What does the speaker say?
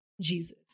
Jesus